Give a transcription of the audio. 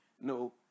no